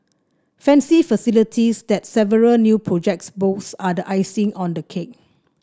fancy facilities that several new projects boast are the icing on the cake